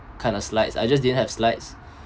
kind of slides I just didn't have slides